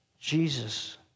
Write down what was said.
Jesus